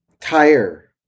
tire